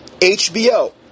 HBO